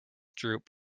droop